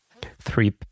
three